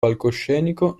palcoscenico